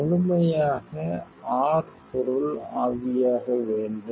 முழுமையாக r பொருள் ஆவியாக வேண்டும்